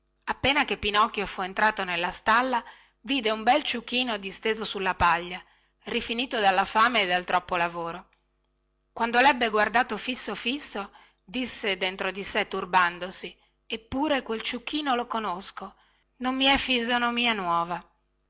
appena che pinocchio fu entrato nella stalla vide un bel ciuchino disteso sulla paglia rifinito dalla fame e dal troppo lavoro quando lebbe guardato fisso fisso disse dentro di sé turbandosi eppure quel ciuchino lo conosco non mi è fisonomia nuova